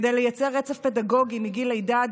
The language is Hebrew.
כדי לייצר רצף פדגוגי מגיל לידה עד